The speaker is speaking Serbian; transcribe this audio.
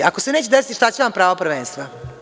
Ako se neće desiti, šta će vam pravo prvenstva?